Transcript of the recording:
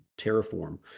Terraform